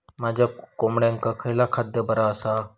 माझ्या कोंबड्यांका खयला खाद्य बरा आसा?